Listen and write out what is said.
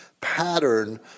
pattern